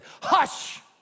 hush